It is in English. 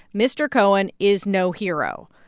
mr. cohen is no hero,